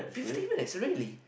fifty minutes really